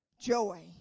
joy